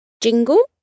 Jingle